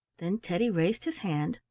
then teddy raised his hand,